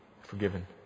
forgiven